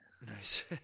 Nice